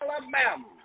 Alabama